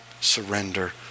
surrender